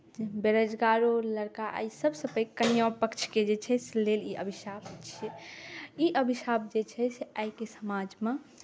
बेरोजगारो लड़का आइ सभसँ पैघ कनिआँ पक्षके जे छै से लेल ई अभिशाप छियै ई अभिशाप जे छै से आइके समाजमे